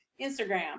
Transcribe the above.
Instagram